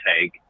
take